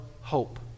hope